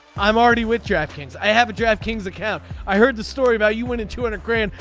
i'm already with jeff king's i have a draft kings account. i heard the story about you went in to earn a grand.